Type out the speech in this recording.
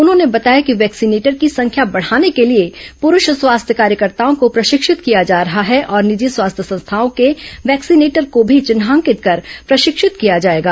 उन्होंने बताया कि वैक्सीनेटर की संख्या बढ़ाने के लिए प्ररूष स्वास्थ्य कार्यकर्ताओं को प्रशिक्षित किया जा रहा है और निजी स्वास्थ्य संस्थाओं के वैक्सीनेटर को भी चिन्हांकित कर प्रशिक्षित किया जाएगा